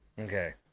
Okay